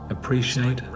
Appreciate